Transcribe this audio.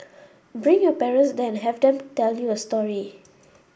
bring your parents there and have them tell you a story